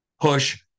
push